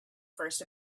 first